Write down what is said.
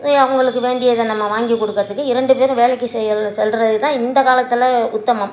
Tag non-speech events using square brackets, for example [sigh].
[unintelligible] அவங்களுக்கு வேண்டியதை நம்ம வாங்கி கொடுக்கறதுக்கு இரண்டு பேரும் வேலைக்கு செயல் செல்றது தான் இந்த காலத்தில் உத்தமம்